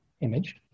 image